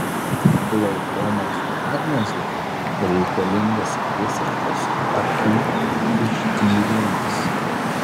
glaukomos diagnozei reikalingas visiškas akių ištyrimas